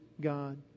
God